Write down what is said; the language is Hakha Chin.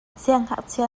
siangngakchia